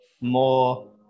more